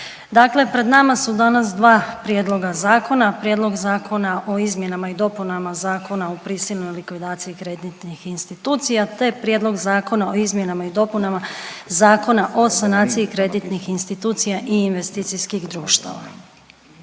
dakle pred nama su danas dva prijedloga zakona, Prijedlog Zakona o izmjenama i dopunama Zakona o prisilnoj likvidaciji kreditnih institucija te Prijedlog Zakona o izmjenama i dopunama Zakona o sanaciji kreditnih institucija i investicijskih društava.